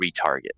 retarget